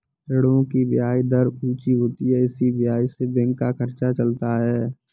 ऋणों की ब्याज दर ऊंची होती है इसी ब्याज से बैंक का खर्चा चलता है